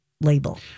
label